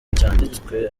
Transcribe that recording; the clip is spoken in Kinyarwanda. cyanditswe